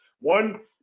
one